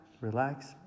relax